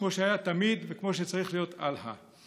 כמו שהיה תמיד וכמו שצריך להיות הלאה.